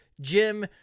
Jim